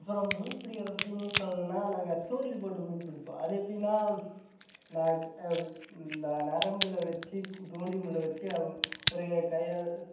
அப்புறம் மீன் பிடிக்கிறதை பற்றி என்ன சொல்லணுன்னா நாங்கள் தூண்டில் போட்டு மீன் பிடிப்போம் அது எப்படின்னா நாங்க இந்த நரம்பில் வச்சு கு தூண்டி முள்ளை வைச்சு அவு ஒரு கயிறை